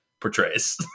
portrays